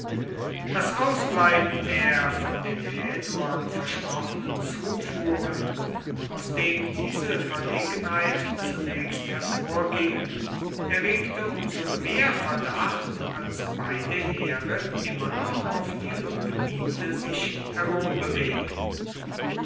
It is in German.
das ausbleiben der von den häduern versprochenen zufuhren aus dem diese verlegenheit zunächst hervorging erregte um so mehr verdacht als beide heere immer noch auf ihrem gebiete sich